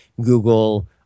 Google